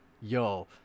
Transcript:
Yo